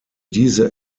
diese